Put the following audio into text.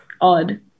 odd